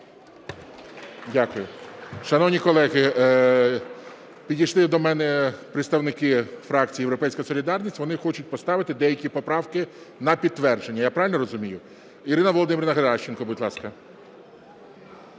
Дякую. Шановні колеги, підійшли до мене представники фракції "Європейська солідарність", вони хочуть поставити деякі поправки на підтвердження. Я правильно розумію? Ірина Володимирівна Геращенко, будь ласка.